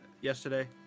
yesterday